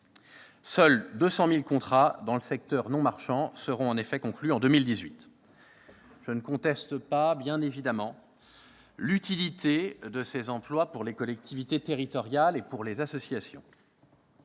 Seuls 200 000 contrats dans le secteur non marchand seront, en effet, conclus en 2018. Bien évidemment, je ne conteste pas l'utilité de ces emplois pour les collectivités territoriales et pour les associations.